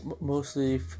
mostly